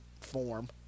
form